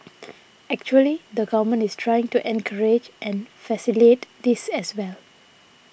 actually the Government is trying to encourage and facilitate this as well